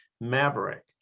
Maverick